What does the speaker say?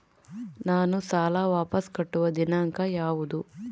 ನಾನು ಸಾಲ ವಾಪಸ್ ಕಟ್ಟುವ ದಿನಾಂಕ ಯಾವುದು?